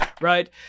right